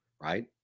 Right